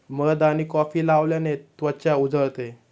मध आणि कॉफी लावल्याने त्वचा उजळते